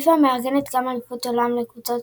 פיפ"א מארגנת גם אליפויות עולם לקבוצות